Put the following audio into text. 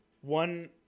one